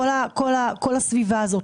כל הסביבה הזו.